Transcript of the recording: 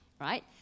right